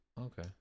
Okay